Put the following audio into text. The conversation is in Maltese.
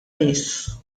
nies